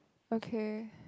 okay